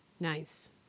Nice